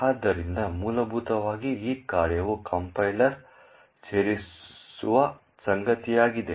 ಆದ್ದರಿಂದ ಮೂಲಭೂತವಾಗಿ ಈ ಕಾರ್ಯವು ಕಂಪೈಲರ್ ಸೇರಿಸುವ ಸಂಗತಿಯಾಗಿದೆ